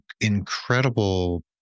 incredible